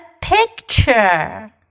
picture